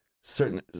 certain